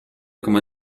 come